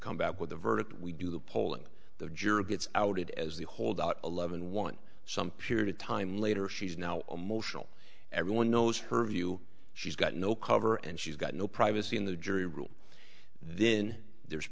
come back with the verdict we do the poll and the jury gets outed as the holdout eleven want some period of time later she's now emotional everyone knows her view she's got no cover and she's got no privacy in the jury room then there's